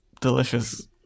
Delicious